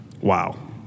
Wow